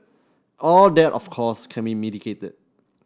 all that of course can be mitigated